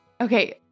Okay